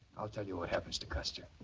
i'll tell you what happens to custer.